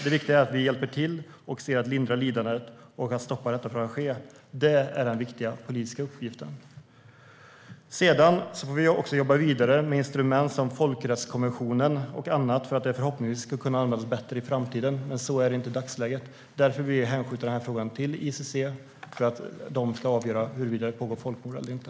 Det viktiga är att vi hjälper till att lindra lidandet och kan stoppa detta från att ske. Det är den viktiga politiska uppgiften. Vi får också jobba vidare med instrument som folkrättskommissionen och annat för att de förhoppningsvis ska kunna användas bättre i framtiden, men så är det inte i dagsläget. Därför vill vi hänskjuta den här frågan till ICC för avgörande av huruvida det pågår ett folkmord eller inte.